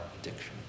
addiction